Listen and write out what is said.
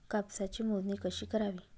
कापसाची मोजणी कशी करावी?